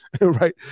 right